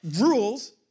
rules